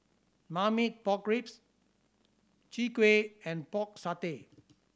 Marmite Pork Ribs Chwee Kueh and Pork Satay